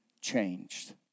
changed